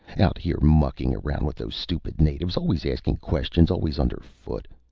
out here mucking around with those stupid natives, always asking questions, always under foot.